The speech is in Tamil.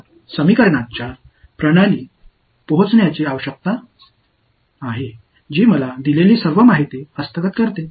எனவே எனக்கு வழங்கப்பட்ட அனைத்து தகவல்களையும் கைப்பற்றும் சமன்பாடுகளின் முறைக்கு நாம் எப்படியாவது வர வேண்டும்